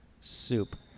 soup